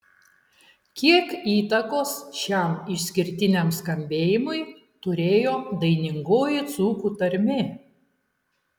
kiek įtakos šiam išskirtiniam skambėjimui turėjo dainingoji dzūkų tarmė